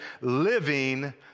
living